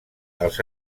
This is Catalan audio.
els